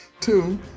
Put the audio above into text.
Two